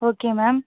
okay ma'am